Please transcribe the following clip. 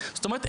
זאת אומרת,